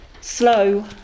Slow